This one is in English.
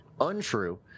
untrue